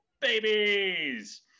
babies